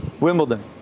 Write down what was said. Wimbledon